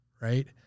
right